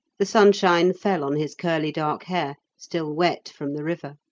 the sunshine fell on his curly dark hair, still wet from the river.